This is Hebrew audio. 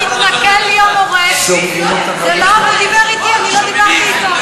הוא דיבר אתי, אני לא דיברתי אתו.